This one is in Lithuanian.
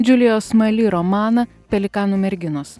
džiulijos mali romaną pelikanų merginos